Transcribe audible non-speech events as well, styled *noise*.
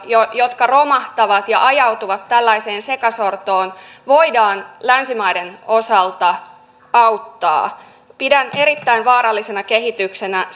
jotka romahtavat ja ajautuvat tällaiseen sekasortoon voidaan länsimaiden osalta auttaa pidän erittäin vaarallisena kehityksenä *unintelligible*